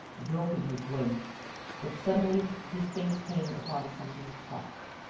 groping his way but suddenly his face came upon something soft.